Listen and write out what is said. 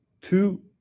two